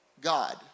God